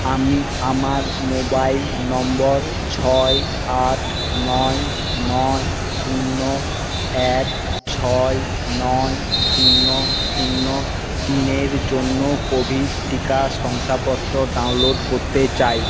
আমি আমার মোবাইল নম্বর ছয় আট নয় নয় শূন্য এক ছয় নয় শূন্য শূন্য তিনের জন্য কোভিড টিকা শংসাপত্র ডাউনলোড করতে চাই